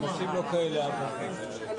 ) ערב טוב,